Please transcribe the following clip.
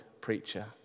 preacher